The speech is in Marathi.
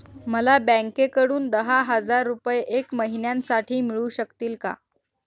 मला बँकेकडून दहा हजार रुपये एक महिन्यांसाठी मिळू शकतील का?